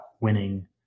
winning